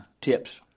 tips